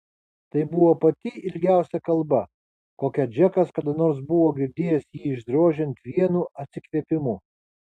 tai buvo pati ilgiausia kalba kokią džekas kada nors buvo girdėjęs jį išdrožiant vienu atsikvėpimu